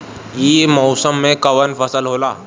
ई मौसम में कवन फसल होला?